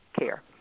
care